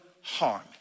harm